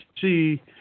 see